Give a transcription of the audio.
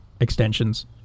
extensions